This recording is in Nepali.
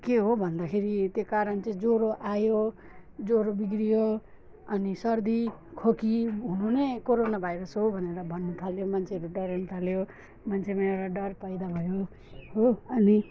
के हो भन्दाखेरि त्यो कारण चाहिँ ज्वरो आयो ज्वरो बिग्रियो अनि सर्दी खोकी हुनु नै कोरोना भाइरस हो भनेर भन्नु थाल्यो मान्छेहरू डराउनु थाल्यो मान्छेमा एउटा डर पैदा भयो हो अनि